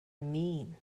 mean